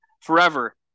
forever